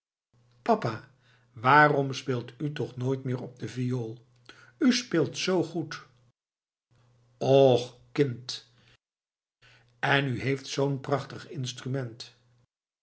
papa waarom speelt u toch nooit meer op de viool u speelt zoo goed och kind en u heeft zoo'n prachtig instrument